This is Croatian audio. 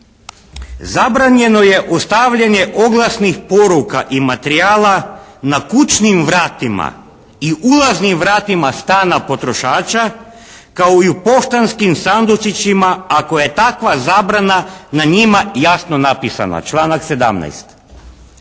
Zabranjeno je ostavljanje oglasnih poruka i materijala na kućnim vratima i ulaznim vratima stana potrošača kao i u poštanskim sandučićima ako je takva zabrana na njima jasno napisana, članak 17.